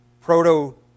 proto